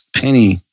penny